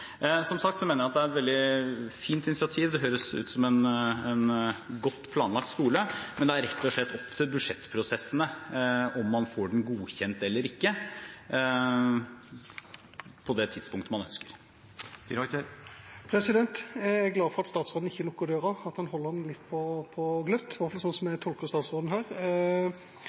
Som sagt mener jeg at det er et veldig fint initiativ – det høres ut som en godt planlagt skole. Men det er rett og slett opp til budsjettprosessene om man får den godkjent eller ikke, på det tidspunktet man ønsker. Jeg er glad for at statsråden ikke lukker døra, at han holder den litt på gløtt – i hvert fall slik jeg tolker statsråden her